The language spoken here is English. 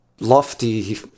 lofty